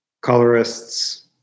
colorists